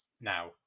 now